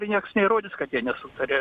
ir nieks neįrodys kad jie nesutaria